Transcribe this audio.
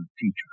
teacher